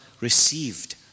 received